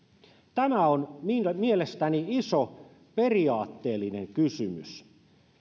tämä on mielestäni iso periaatteellinen kysymys